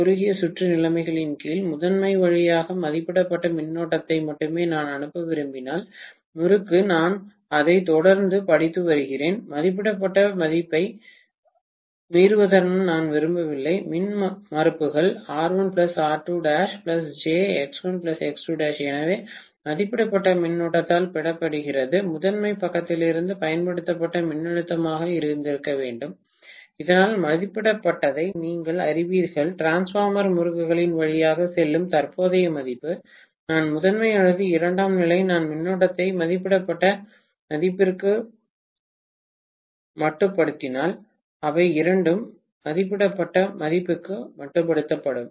குறுகிய சுற்று நிலைமைகளின் கீழ் முதன்மை வழியாக மதிப்பிடப்பட்ட மின்னோட்டத்தை மட்டுமே நான் அனுப்ப விரும்பினால் முறுக்கு நான் அதை தொடர்ந்து படித்து வருகிறேன் மதிப்பிடப்பட்ட மதிப்பை மீறுவதை நான் விரும்பவில்லை மின்மறுப்புகள் எனவே மதிப்பிடப்பட்ட மின்னோட்டத்தால் பெருக்கப்படுவது முதன்மை பக்கத்திலிருந்து பயன்படுத்தப்பட்ட மின்னழுத்தமாக இருந்திருக்க வேண்டும் இதனால் மதிப்பிடப்பட்டதை நீங்கள் அறிவீர்கள் டிரான்ஸ்பார்மர் முறுக்குகளின் வழியாக செல்லும் தற்போதைய மதிப்பு நான் முதன்மை அல்லது இரண்டாம் நிலை நான் மின்னோட்டத்தை மதிப்பிடப்பட்ட மதிப்பிற்கு மட்டுப்படுத்தினால் அவை இரண்டும் மதிப்பிடப்பட்ட மதிப்புக்கு மட்டுப்படுத்தப்படும்